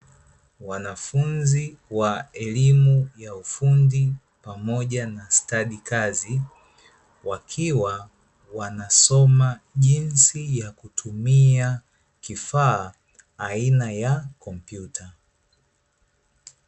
Wanafunzi wa elimu ya ufundi pamoja na stadikazi, wakiwa wanasoma jinsi ya kutumia kifaa, aina ya kompyuta.